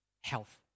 health